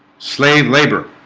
slave labor